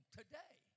today